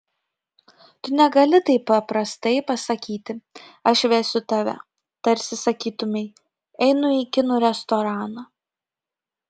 tu negali taip paprastai pasakyti aš vesiu tave tarsi sakytumei einu į kinų restoraną